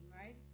right